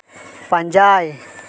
ᱯᱟᱸᱡᱟᱭ